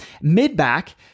Mid-back